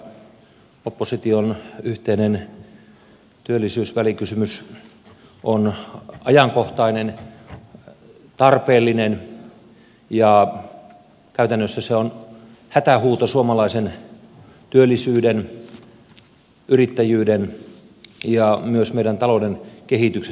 keskustan ja opposition yhteinen työllisyysvälikysymys on ajankohtainen tarpeellinen ja käytännössä se on hätähuuto suomalaisen työllisyyden yrittäjyyden ja myös meidän talouden kehityksen suhteen